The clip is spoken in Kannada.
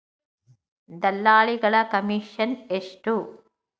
ದಲ್ಲಾಳಿಗಳ ಕಮಿಷನ್ ಎಷ್ಟು?